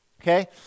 Okay